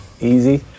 Easy